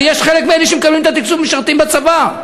הרי חלק מהאנשים שמקבלים את התקצוב משרתים בצבא.